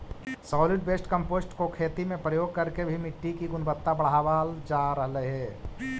solid waste compost को खेती में प्रयोग करके भी मिट्टी की गुणवत्ता बढ़ावाल जा रहलइ हे